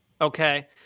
Okay